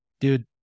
dude